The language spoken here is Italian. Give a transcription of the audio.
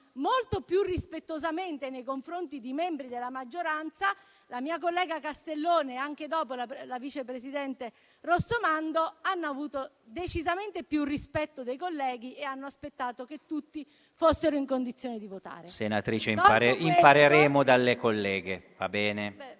molto più rispettosamente nei confronti di membri della maggioranza, la mia collega Castellone e anche dopo la vice presidente Rossomando hanno avuto decisamente più rispetto dei colleghi e hanno aspettato che tutti fossero in condizione di votare. PRESIDENTE. Senatrice, impareremo dalle colleghe, va bene.